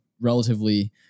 relatively